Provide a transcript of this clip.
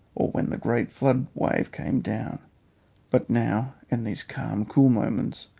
or when the great flood wave came down but now, in these calm cool moments,